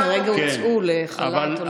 הם כרגע הוצאו לחל"ת או,